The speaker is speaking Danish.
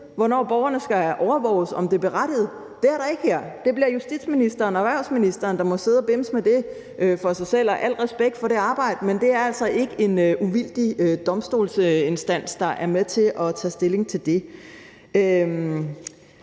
hvornår borgerne skal overvåges, og om det er berettiget. Det er der ikke her. Det bliver justitsministeren og erhvervsministeren, der må sidde og bimse med det for sig selv, og al respekt for det arbejde, men det er altså ikke en uvildig domstolsinstans, der er med til at tage stilling til det.